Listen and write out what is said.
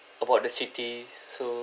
about the city so